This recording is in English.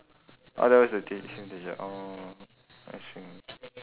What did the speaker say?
orh that was the tuition teacher oh I see